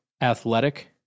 athletic